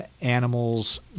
animals